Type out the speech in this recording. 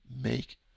make